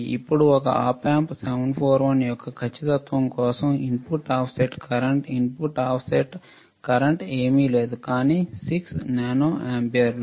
ఇప్పుడు ఒక Op Amp 741 యొక్క ఖచ్చితత్వం కోసం input offset current input offset current ఏమీ లేదు కానీ 6 నానో ఆంపియర్లు